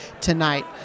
tonight